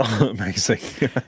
Amazing